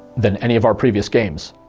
than any of our previous games.